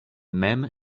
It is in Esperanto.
mem